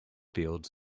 fields